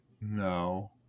No